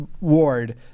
ward